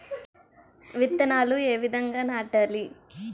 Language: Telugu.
విత్తనాలు ఏ విధంగా నాటాలి?